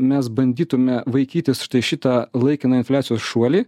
mes bandytume vaikytis štai šitą laikiną infliacijos šuolį